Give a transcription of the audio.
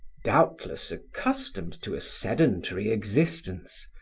doubtless accustomed to a sedentary existence,